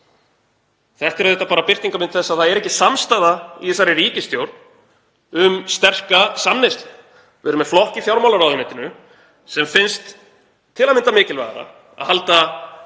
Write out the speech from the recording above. auðvitað bara birtingarmynd þess að það er ekki samstaða í ríkisstjórn um sterka samneyslu. Við erum með flokk í fjármálaráðuneytinu sem finnst til að mynda mikilvægara að halda